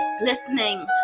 listening